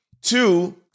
Two